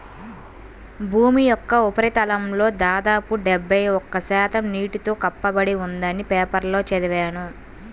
భూమి యొక్క ఉపరితలంలో దాదాపు డెబ్బై ఒక్క శాతం నీటితో కప్పబడి ఉందని పేపర్లో చదివాను